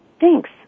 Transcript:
Thanks